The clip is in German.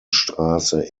straße